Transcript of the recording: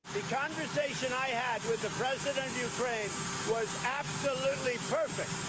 the conversation i had with the president of ukraine was absolutely perfect.